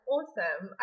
Awesome